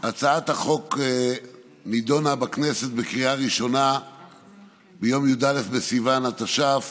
הצעת החוק נדונה בכנסת בקריאה ראשונה ביום י"א בסיוון התש"ף